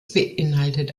beinhaltet